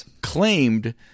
claimed